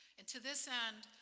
and to this end,